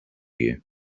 you